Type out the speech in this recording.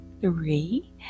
three